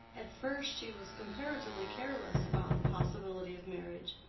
at first she was comparatively careless about the possibility of marriage.